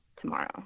tomorrow